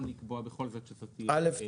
לקבוע בכל-זאת שזאת תהיה הוראת שעה.